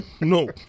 No